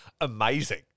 Amazing